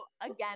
again